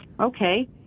okay